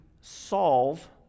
solve